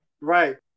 Right